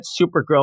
Supergirl